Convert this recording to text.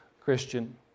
Christian